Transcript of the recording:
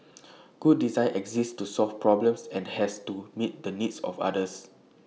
good design exists to solve problems and has to meet the needs of others